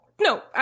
no